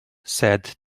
sad